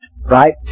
right